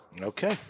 Okay